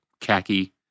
khaki